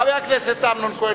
חבר הכנסת אמנון כהן,